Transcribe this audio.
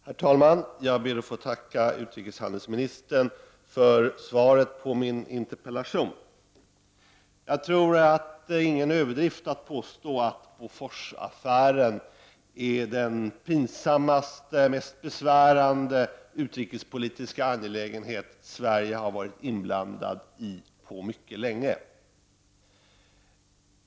Herr talman! Jag ber att få tacka utrikeshandelsministern för svaret på min interpellation. Jag tror inte att det är någon överdrift att påstå att Boforsffären är den mest pinsamma och mest besvärande utrikespolitiska angelägenhet som Sverige har varit inblandat i på mycket länge.